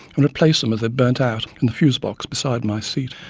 and replace them as they burnt out in the fuse-box beside my seat.